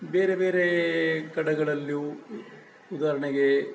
ಬೇರೆ ಬೇರೆ ಕಡೆಗಳಲ್ಲೂ ಉದಾಹರಣೆಗೆ